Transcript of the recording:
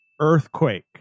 earthquake